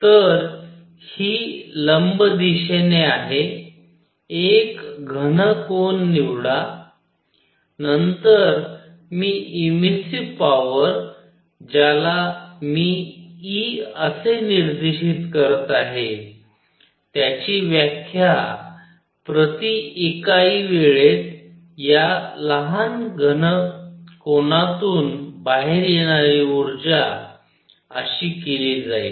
तर ही लंब दिशेने आहे एक घन कोन निवडा नंतर मी एमिसिव्ह पॉवर ज्याला मी e असे निर्देशित करत आहे त्याची व्याख्या प्रति इकाई वेळेत या लहान घन कोनातुन बाहेर येणारी उर्जा अशी केली जाईल